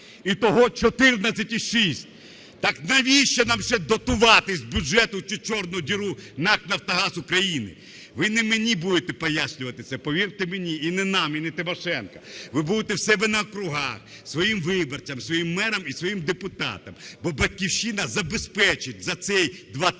Ітого – 14,6. Так навіщо нам ще дотувати з бюджету цю чорну діру - НАК "Нафтогаз України"? Ви не мені будете пояснювати це, повірте мені, і не нам, і не Тимошенко. Ви будете в себе на округах своїм виборцям, своїм мерам і своїм депутатам, бо "Батьківщина" забезпечить за ці два